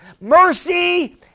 Mercy